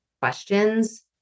questions